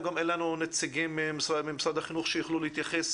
גם אין לנו נציגים ממשרד החינוך שיוכלו להתייחס